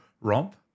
romp